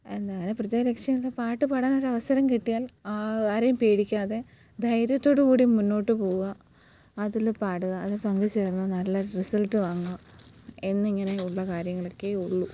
എന്താണ് അങ്ങനെ പ്രത്യേക ലക്ഷ്യം ഒന്നുമില്ല പാട്ട് പാടാൻ ഒരു അവസരം കിട്ടിയാൽ ആരെയും പേടിക്കാതെ ധൈര്യത്തോടുകൂടി മുന്നോട്ട് പോവുക അതിൽ പാടുക അതിൽ പങ്ക് ചേർന്ന് നല്ല റിസൾട്ട് വാങ്ങുക എന്നിങ്ങനെ ഉള്ള കാര്യങ്ങളൊക്കെയേ ഉള്ളൂ